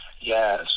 yes